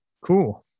Cool